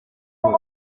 boy